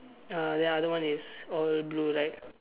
uh the other one is all blue right